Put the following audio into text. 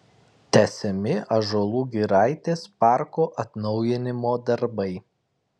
tęsiami ąžuolų giraitės parko atnaujinimo darbai